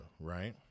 right